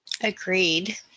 Agreed